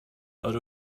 out